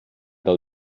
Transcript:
del